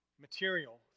material